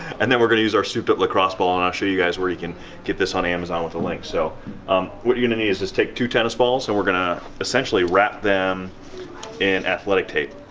and then we're gonna use our souped up lacrosse ball and i'll show you guys where you can get this on amazon with the link. so um what you're gonna need is just take two tennis balls and we're gonna essentially wrap them in athletic tape.